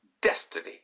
destiny